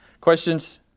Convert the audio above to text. Questions